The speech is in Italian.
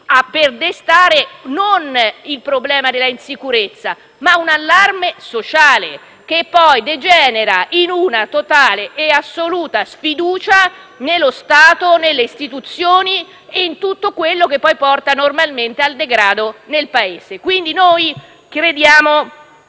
per destare non il problema dell'insicurezza ma un allarme sociale che poi degenera in una totale e assoluta sfiducia nello Stato, nelle istituzioni e in tutto quello che poi porta normalmente al degrado nel Paese. Noi crediamo,